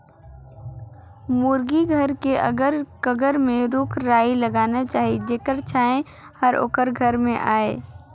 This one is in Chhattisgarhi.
मुरगी घर के अगर कगर में रूख राई लगाना चाही जेखर छांए हर ओखर घर में आय